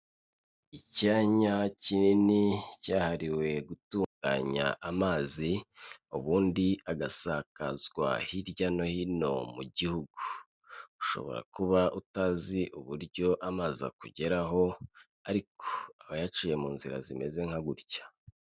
Icyanya kinini cyahariwe gutunganya amazi, ubundi agasakazwa hirya no hino mu gihugu, ushobora kuba utazi uburyo amazi akugeraho ariko aba yaciye mu nzira zimeze nka gutya.